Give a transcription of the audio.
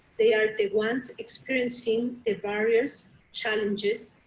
they are the ones experiencing the barriers, challenges,